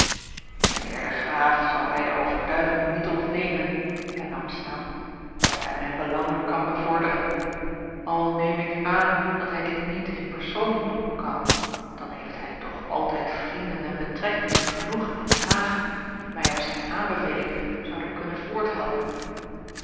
heer de graaf zal mij de overtuiging niet ontnemen hernam snel dat hij mijn belangen kan bevorderen al neem ik aan dat hij dit niet in persoon doen kan dan heeft hij toch altijd vrienden en betrekkingen genoeg in den haag die mij op zijn aanbeveling zouden kunnen